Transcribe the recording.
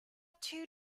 two